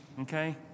okay